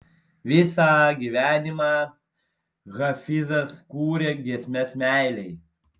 visą gyvenimą hafizas kūrė giesmes meilei